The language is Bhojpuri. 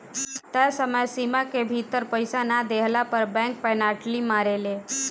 तय समय सीमा के भीतर पईसा ना देहला पअ बैंक पेनाल्टी मारेले